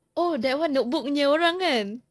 oh that one notebook punya orang kan